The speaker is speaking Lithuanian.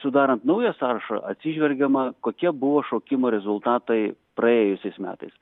sudarant naują sąrašą atsižvelgiama kokie buvo šaukimų rezultatai praėjusiais metais